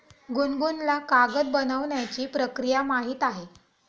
गुनगुनला कागद बनवण्याची प्रक्रिया माहीत आहे